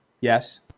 Yes